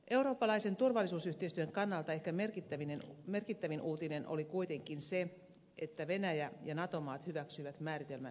eurooppalaisen turvallisuusyhteisön kannalta ehkä merkittävin uutinen oli kuitenkin se että venäjä ja nato maat hyväksyivät määritelmän yhteisistä uhkista